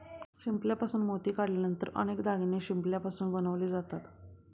शिंपल्यापासून मोती काढल्यानंतर अनेक दागिने शिंपल्यापासून बनवले जातात